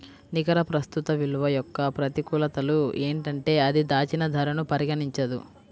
నికర ప్రస్తుత విలువ యొక్క ప్రతికూలతలు ఏంటంటే అది దాచిన ధరను పరిగణించదు